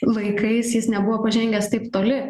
laikais jis nebuvo pažengęs taip toli